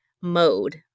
mode